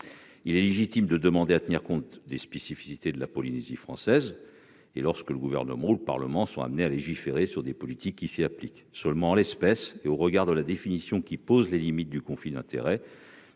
Il est légitime de demander la prise en compte des spécificités de la Polynésie française lorsque le Gouvernement et le Parlement sont amenés à légiférer sur des politiques qui s'y appliquent. Cependant, en l'espèce, au regard de la définition qui pose les limites du conflit d'intérêts,